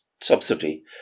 subsidy